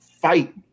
fight